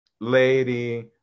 lady